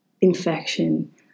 infection